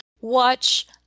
watch